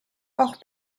hors